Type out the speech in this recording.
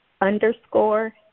underscore